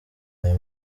ayo